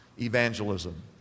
evangelism